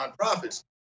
nonprofits